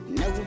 no